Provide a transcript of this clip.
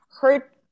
hurt